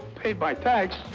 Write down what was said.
paid my tax.